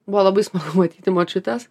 buvo labai smagu matyti močiutes